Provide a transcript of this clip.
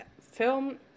film